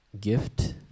gift